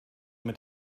mit